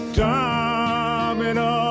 domino